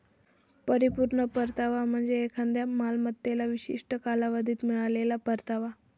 परिपूर्ण परतावा म्हणजे एखाद्या मालमत्तेला विशिष्ट कालावधीत मिळालेला परतावा